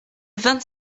vingt